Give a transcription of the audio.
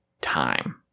time